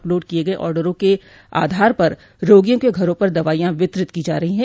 upload किये गये ऑर्डरों के आधार पर रोगियों के घरों पर दवाइयां वितरित की जा रही हैं